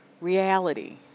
reality